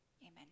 Amen